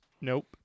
Nope